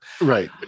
Right